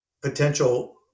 potential